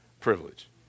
privilege